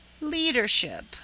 leadership